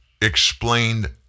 explained